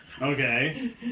Okay